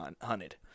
hunted